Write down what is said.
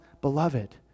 beloved